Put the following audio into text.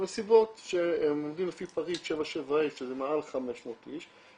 מסיבות שהם עובדים לפי פריט 77 ה' שזה מעל 500 איש,